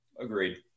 Agreed